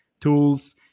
tools